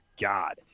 God